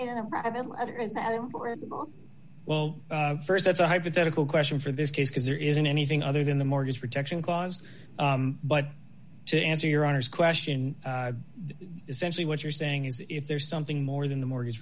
well st that's a hypothetical question for this case because there isn't anything other than the mortgage protection clause but to answer your honor's question essentially what you're saying is if there's something more than the mortgage